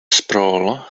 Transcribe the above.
sprawl